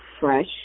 fresh